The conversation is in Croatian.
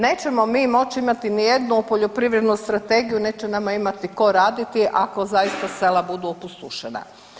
Nećemo mi moći imati nijednu poljoprivrednu strategiju, neće nama imati ko raditi ako zaista sela budu opustošena.